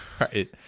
right